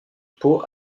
pau